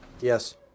Yes